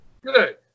good